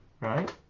right